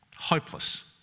hopeless